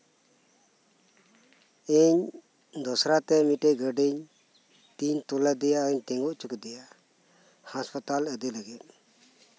ᱤᱧ ᱫᱚᱥᱨᱟᱛᱮ ᱢᱤᱫᱴᱮᱱ ᱜᱟᱹᱰᱤᱧ ᱛᱤᱧ ᱛᱩᱞ ᱟᱫᱮᱭᱟ ᱟᱨᱤᱧ ᱛᱤᱜᱩ ᱦᱚᱪᱚ ᱠᱮᱫᱮᱭᱟ ᱦᱟᱥᱯᱟᱛᱟᱞ ᱤᱫᱤ ᱞᱟᱹᱜᱤᱫ